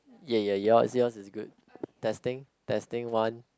ya ya yours yours is good testing testing one